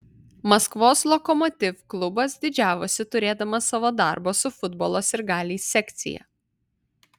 maskvos lokomotiv klubas didžiavosi turėdamas savo darbo su futbolo sirgaliais sekciją